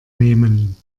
nehmen